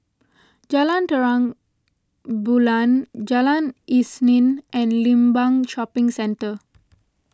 Jalan Terang Bulan Jalan Isnin and Limbang Shopping Centre